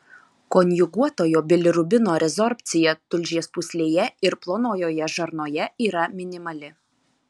konjuguotojo bilirubino rezorbcija tulžies pūslėje ir plonojoje žarnoje yra minimali